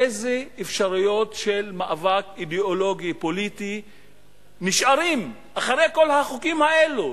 איזה אפשרויות של מאבק אידיאולוגי פוליטי נשארות אחרי כל החוקים האלה,